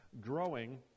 growing